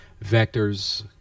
vectors